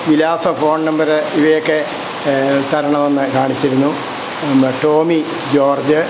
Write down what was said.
വിലാസം phone number ഇവയൊക്കെ തരണമെന്ന് കാണിച്ചിരുന്നു ടോമി ജോർജ്